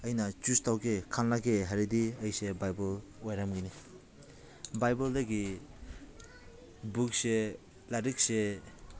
ꯑꯩꯅ ꯆꯨꯁ ꯇꯧꯒꯦ ꯈꯟꯂꯒꯦ ꯍꯥꯏꯔꯗꯤ ꯑꯩꯁꯦ ꯕꯥꯏꯕꯜ ꯑꯣꯏꯔꯝꯒꯅꯤ ꯕꯥꯏꯕꯜꯗꯒꯤ ꯕꯨꯛꯁꯦ ꯂꯥꯏꯔꯤꯛꯁꯦ